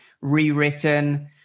rewritten